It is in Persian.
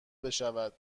بشود